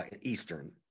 Eastern